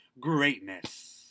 greatness